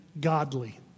godly